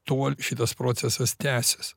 tol šitas procesas tęsis